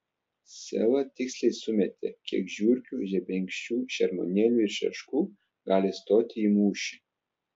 sela tiksliai sumetė kiek žiurkių žebenkščių šermuonėlių ir šeškų gali stoti į mūšį